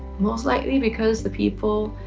most likely because the people